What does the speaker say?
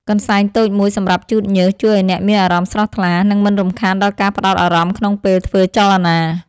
កន្សែងតូចមួយសម្រាប់ជូតញើស ជួយឱ្យអ្នកមានអារម្មណ៍ស្រស់ថ្លា និងមិនរំខានដល់ការផ្ដោតអារម្មណ៍ក្នុងពេលធ្វើចលនា។